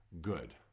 good